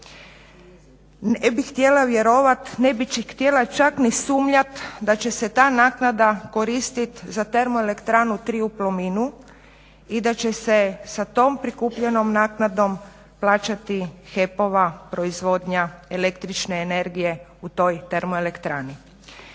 Ne bih htjela vjerovati, ne bih htjela čak ni sumnjati da će se ta naknada koristiti za TE 3 u Plominu i da će se sa tom prikupljenom naknadom plaćati HEP-ova proizvodnja el.energije u toj TE.